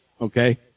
okay